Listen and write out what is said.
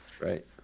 right